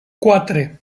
quatre